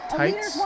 tights